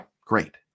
Great